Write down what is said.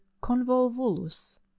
Convolvulus